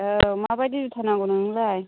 औ माबायदि जुथा नांगौ नोंनोलाय